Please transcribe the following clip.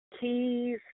keys